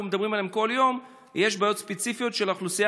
מדברים עליהן כל יום יש בעיות ספציפיות של האוכלוסייה